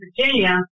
Virginia